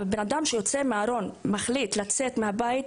אבל בן אדם שיוצא מהארון ומחליט לצאת מהבית,